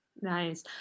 Nice